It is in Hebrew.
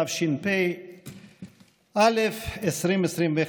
התשפ"א 2021,